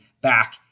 back